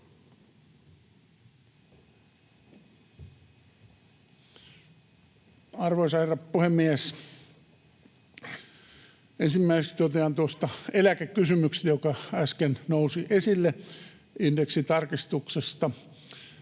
Arvoisa herra puhemies! Ensimmäiseksi totean tuosta eläkekysymyksestä, joka äsken nousi esille, indeksitarkistuksesta.